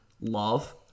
love